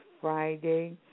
Friday